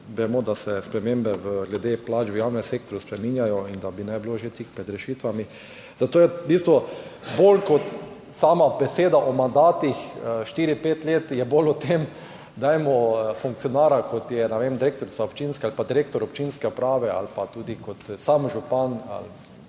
da se spremembe glede plač v javnem sektorju spreminjajo in da naj bi bilo že tik pred rešitvami. Zato je v bistvu bolj kot sama beseda o mandatih, štiri, pet let, v tem, dajmo funkcionarju, kot je, ne vem, direktorica ali pa direktor občinske uprave ali pa tudi sam župan,